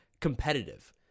competitive